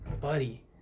buddy